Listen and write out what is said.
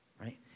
right